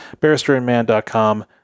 Barristerandman.com